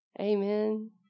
Amen